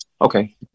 Okay